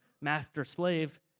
master-slave